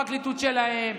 זו לא הפרקליטות שלהם.